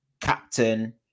captain